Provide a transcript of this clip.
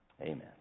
Amen